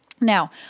Now